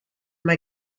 mae